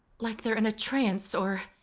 like they're in a trance, or